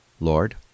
Lord